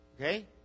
Okay